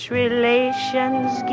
relations